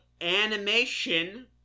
animation